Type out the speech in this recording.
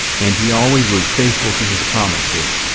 and he always was faithful to his promises.